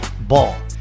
Ball